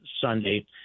Sunday